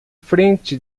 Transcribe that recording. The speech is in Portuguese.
frente